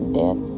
death